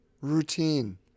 routine